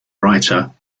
writer